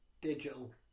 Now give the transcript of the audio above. digital